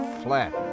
flat